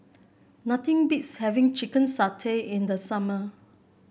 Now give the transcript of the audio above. nothing beats having Chicken Satay in the summer